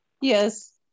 Yes